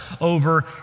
over